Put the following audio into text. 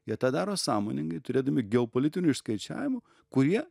jie tą daro sąmoningai turėdami geopolitinių išskaičiavimų kurie